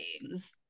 games